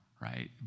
right